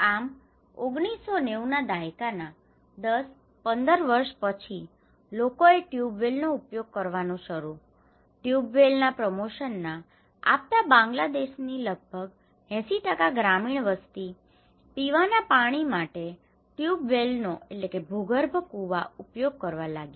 આમ 1990ના દાયકાના 10 15 વર્ષ પછી લોકોએ ટ્યુબવેલનો ઉપયોગ કરવાનું શરૂ ટ્યુબ વેલના પ્રમોશનના promotion પ્રોત્સાહન આપતા બાંગ્લાદેશની લગભગ 80 ગ્રામીણ વસ્તી પીવાના પાણી માટે ટ્યુબ વેલનો tube well ભૂગર્ભ કૂવા ઉપયોગ કરવા લાગ્યા